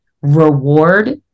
reward